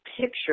picture